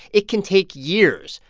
it can take years.